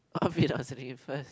obvious I am saying first